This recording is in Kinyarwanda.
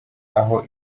aho